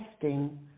testing